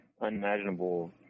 Unimaginable